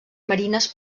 marines